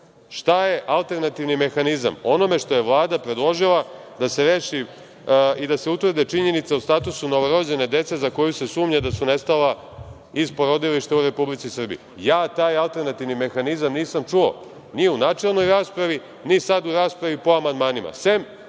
šta je alternativni mehanizam onome što je Vlada predložila da se reši i da se utvrde činjenice o statusu novorođene dece za koju se sumnja da su nestala iz porodilišta u Republici Srbiji? Ja taj alternativni mehanizam nisam čuo ni u načelnoj raspravi, ni sada u raspravi po amandmanima,